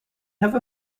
have